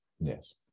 Yes